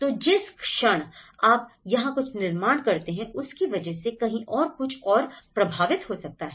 तो जिस क्षण आप यहां कुछ निर्माण करते हैं उसकी वजह से कहीं और कुछ और प्रभावित हो सकता है